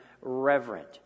reverent